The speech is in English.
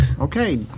okay